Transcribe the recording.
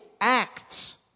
acts